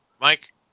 Mike